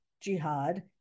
jihad